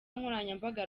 nkoranyambaga